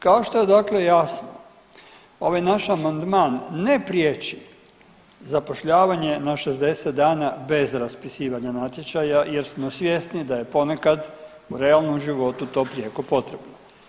Kao što je dakle jasno ovaj naš amandman ne prijeći zapošljavanje na 60 dana bez raspisivanja natječaja jer smo svjesni da je poneka u realnom životu to prijeko potrebno.